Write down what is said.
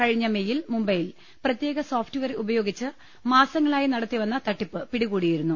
കഴിഞ്ഞ മെയിൽ മുംബൈയിൽ പ്രത്യേക സോഫ്റ്റ്വെയർ ഉപയോഗിച്ച് മാസങ്ങ ളായി നടത്തിവന്നു തട്ടിപ്പ് പിടികൂടിയിരുന്നു